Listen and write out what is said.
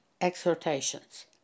Exhortations